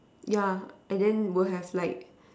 yeah and then will have like